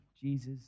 Jesus